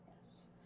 Yes